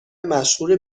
مشهور